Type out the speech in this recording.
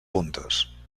puntes